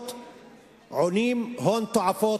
עולים הון תועפות,